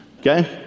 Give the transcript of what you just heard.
Okay